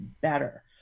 better